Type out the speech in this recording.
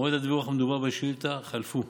מועד הדיווח המדובר בשאילתה חלף.